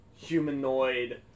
humanoid